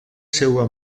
seua